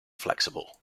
flexible